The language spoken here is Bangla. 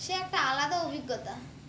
সে একটা আলাদা অভিজ্ঞতা